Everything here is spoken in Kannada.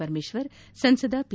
ಪರಮೇಶ್ವರ್ ಸಂಸದ ಪಿ